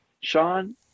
Sean